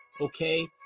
Okay